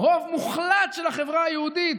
רוב מוחלט של החברה היהודית